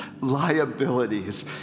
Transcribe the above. liabilities